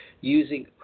using